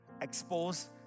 expose